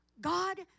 God